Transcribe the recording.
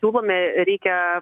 siūlome reikia